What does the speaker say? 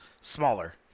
smaller